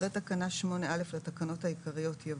הוספת תקנה 8א1 אחרי תקנה 8א לתקנות העיקריות יבוא: